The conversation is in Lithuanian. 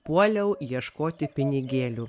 puoliau ieškoti pinigėlių